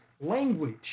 language